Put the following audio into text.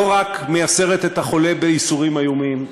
רק מייסרת את החולה בייסורים איומים,